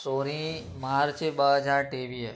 सोरहीं मार्च ॿ हज़ार टेवीह